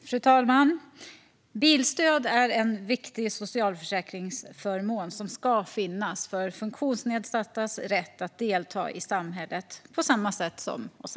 Förbättrade möjlig-heter till bilstöd Fru talman! Bilstöd är en viktig socialförsäkringsförmån, som ska finnas eftersom funktionsnedsatta har rätt att delta i samhället på samma sätt som vi andra.